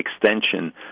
extension